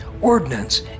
ordnance